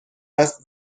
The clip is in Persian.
است